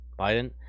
Biden